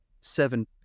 seven